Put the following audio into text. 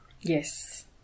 Yes